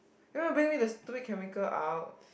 you want to bring me this stupid chemical out